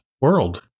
world